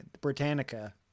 Britannica